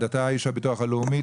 אתה איש הביטוח הלאומי,